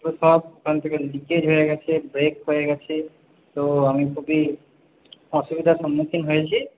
সেসব ওখান থেকে লিকেজ হয়ে গেছে ব্রেক হয়ে গেছে তো আমি খুবই অসুবিধার সম্মুখীন হয়েছি